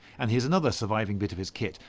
and here's another surviving bit of his kit.